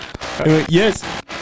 Yes